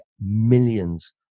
millions